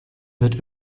wird